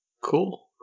Cool